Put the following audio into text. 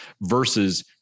versus